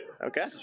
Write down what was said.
Okay